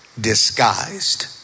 disguised